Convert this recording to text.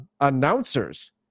announcers